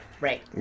Right